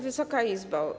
Wysoka Izbo!